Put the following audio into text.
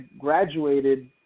graduated